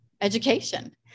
education